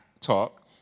talk